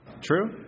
True